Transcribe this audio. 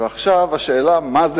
ועכשיו השאלה מהו